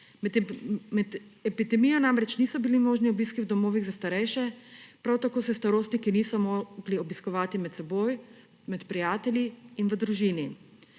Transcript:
Med epidemijo namreč niso bili možni obiski v domovih za starejše, prav tako se starostniki niso mogli obiskovati med seboj, med prijatelji in v družini.